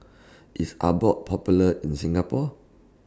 IS Abbott Popular in Singapore